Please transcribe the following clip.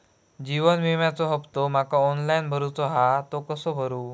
जीवन विम्याचो हफ्तो माका ऑनलाइन भरूचो हा तो कसो भरू?